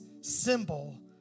symbol